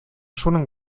шуның